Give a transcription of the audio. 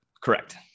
correct